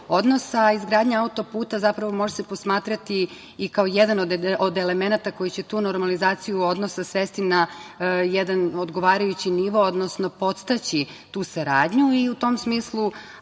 odnosa, a izgradnja autoputa može se posmatrati kao jedan od elemenata koji će tu normalizaciju odnosa svesti na jedan odgovarajući nivo, odnosno podstaći tu saradnju i u tom smislu